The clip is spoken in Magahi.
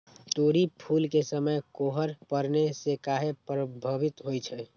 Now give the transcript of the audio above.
तोरी फुल के समय कोहर पड़ने से काहे पभवित होई छई?